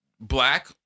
black